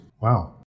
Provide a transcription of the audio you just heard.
Wow